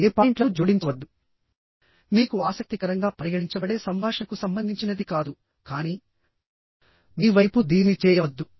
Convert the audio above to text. ఏ పాయింట్లను జోడించవద్దు మీకు ఆసక్తికరంగా పరిగణించబడే సంభాషణకు సంబంధించినది కాదు కానీ మీ వైపు దీన్ని చేయవద్దు